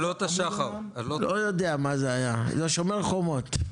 לא יודע מה זה היה, שומר חומות.